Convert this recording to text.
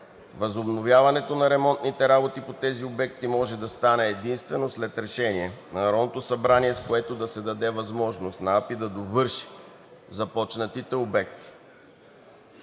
Възобновяването на ремонтните работи по тези обекти може да стане единствено след решение на Народното събрание, с което да се даде възможност на АПИ да довърши започнатите обекти.